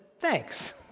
thanks